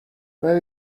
were